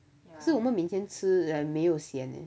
可是我们明天吃 like 没有 sian eh